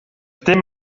dim